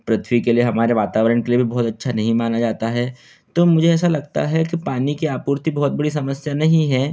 पृथ्वी के लिए हमारे वातावरण के लिए भी बहुत अच्छा नहीं माना जाता है तो मुझे ऐसा लगता है कि पानी की आपूर्ति बहुत बड़ी समस्या नहीं है